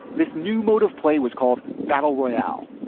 this new mode of play was called battle royale